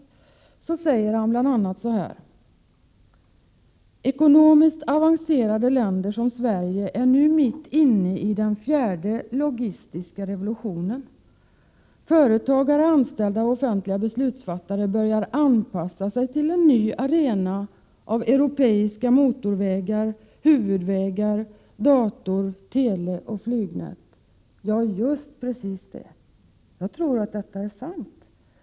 I boken skriver han bl.a.: ”Ekonomiskt avancerade länder som Sverige är nu mitt inne i den fjärde logistiska revolutionen. Företagare, anställda och offentliga beslutsfattare börjar anpassa sig till en ny arena av europeiska motorvägar, huvudvägar, dator-, teleoch flygnät.” Ja, just precis så! Jag tror att detta är sant.